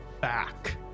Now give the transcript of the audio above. back